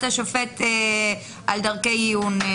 השופט על דרכי עיון.